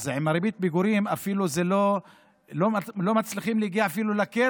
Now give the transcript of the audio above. עם ריבית הפיגורים הם אפילו לא מצליחים להגיע לקרן,